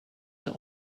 der